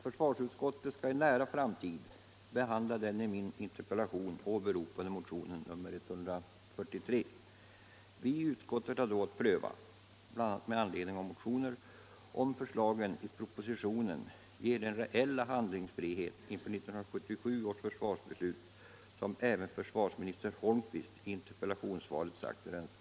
Försvarsutskottet skall i en nära framtid behandla den i min inter I pellation åberopade propositionen 143. Vi i utskottet har då att pröva Om användningen — bl.a. med anledning av motioner — om förslagen i propositionen ger = av statliga datareden reella handlingsfrihet inför 1977 års försvarsbeslut som även för = gister för kontroll av